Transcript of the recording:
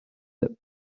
that